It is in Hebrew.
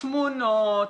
תמונות,